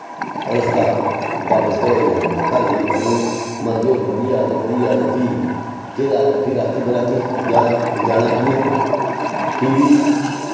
रस्ता बापस घरै ई जाना पवै ते घर जाइयै पता निं बधी जा ते बधी जा ते फिर रातीं बरातीं जाना जाना क्यों ऐ फ्ही बी